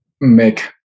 make